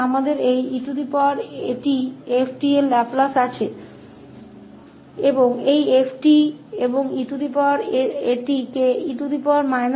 तो हमारे पास लाप्लास है eat𝑓𝑡 का और eat𝑓𝑡 अब एक फंक्शन है लाप्लास ट्रांसफॉर्म के कारन